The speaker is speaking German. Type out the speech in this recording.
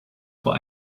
vor